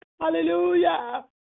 Hallelujah